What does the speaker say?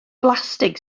blastig